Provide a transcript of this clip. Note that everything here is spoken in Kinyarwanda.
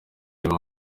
ryo